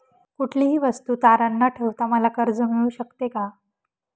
कुठलीही वस्तू तारण न ठेवता मला कर्ज मिळू शकते का?